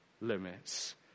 limits